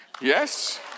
yes